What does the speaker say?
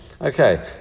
Okay